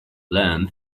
learn